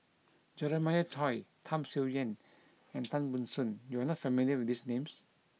Jeremiah Choy Tham Sien Yen and Tan Ban Soon you are not familiar with these names